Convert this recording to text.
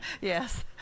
yes